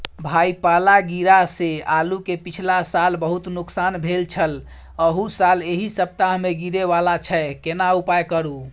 भाई पाला गिरा से आलू के पिछला साल बहुत नुकसान भेल छल अहू साल एहि सप्ताह में गिरे वाला छैय केना उपाय करू?